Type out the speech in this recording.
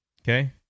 Okay